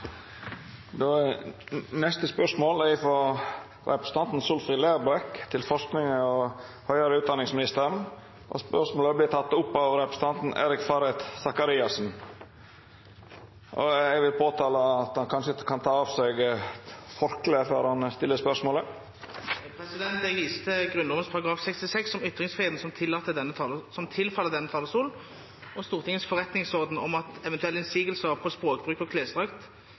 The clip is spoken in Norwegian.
representanten Solfrid Lerbrekk til forskings- og høgare utdanningsministeren, vil verta teke opp av representanten Eirik Faret Sakariassen. Eg vil påtala at han kanskje kan ta av seg skjerfet før han stiller spørsmålet. Jeg viser til Grunnloven § 66 om ytringsfriheten som tilfaller denne talerstolen, og Stortingets forretningsorden om at eventuelle innsigelser på språkbruk og klesdrakt